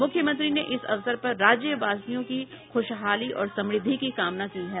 मुख्यमंत्री ने इस अवसर पर राज्यवासियों की खुशहाली और समृद्धि की कामना की है